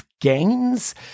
gains